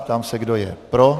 Ptám se, kdo je pro.